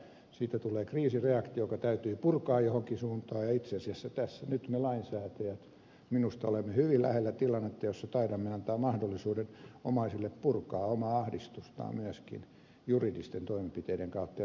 siitä tulee kriisireaktio joka täytyy purkaa johonkin suuntaan ja itse asiassa tässä nyt me lainsäätäjät minusta olemme hyvin lähellä tilannetta jossa taidamme antaa mahdollisuuden omaisille purkaa omaa ahdistustaan myöskin juridisten toimenpiteiden kautta ja sehän nyt ei ollenkaan ole tässä tarkoitus